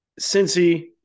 Cincy